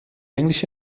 englische